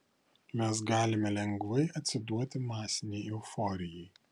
mes galime lengvai atsiduoti masinei euforijai